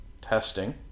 testing